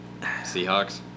Seahawks